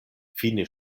fine